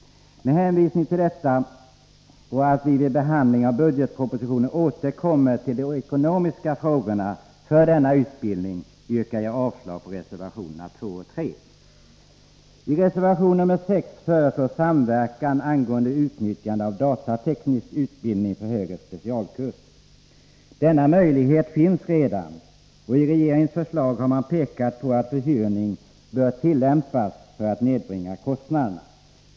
Med hänvisning till detta och till att vi vid behandlingen av budgetpropositionen återkommer till de ekonomiska frågorna för denna utbildning yrkar jag avslag på reservationerna 2 och 3. I reservation 6 föreslås samverkan angående utnyttjande av datateknisk utbildning för högre specialkurser. Denna möjlighet finns redan, och i regeringens förslag har man pekat på att förhyrning bör tillämpas för att nedbringa kostnaderna.